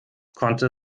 konnte